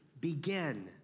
begin